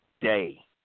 day